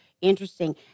Interesting